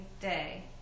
day